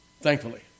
thankfully